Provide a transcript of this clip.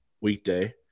weekday